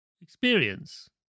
experience